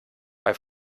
bei